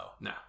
No